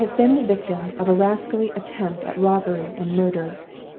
i have been the victim of a rascally attempt at robbery and murder.